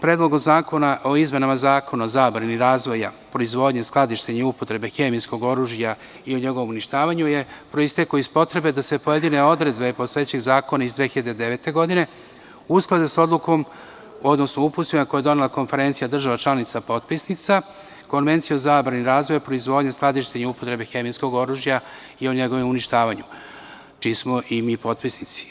Predlog zakona o izmeni Zakona o zabrani razvoja, proizvodnji, skladištenju i upotrebi hemijskog oružja i o njegovom uništavanju je proistekao iz potrebe da se pojedine odredbe postojećeg Zakona iz 2009. godine usklade sa odlukom odnosno uputstvima koje je donela Konferencija država članica potpisinica, Konvencijom o zabrani razvoja, proizvodnje, skladištenja i upotrebe hemijskog oružja i o njegovom uništavanju, čiji smo i mi potpisnici.